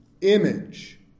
image